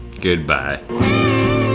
Goodbye